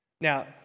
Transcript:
Now